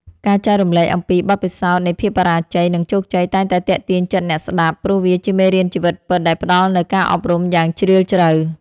ការចែករំលែកអំពី បទពិសោធន៍នៃភាពបរាជ័យ និងជោគជ័យ តែងតែទាក់ទាញចិត្តអ្នកស្ដាប់ ព្រោះវាជាមេរៀនជីវិតពិតដែលផ្ដល់នូវការអប់រំយ៉ាងជ្រាលជ្រៅ។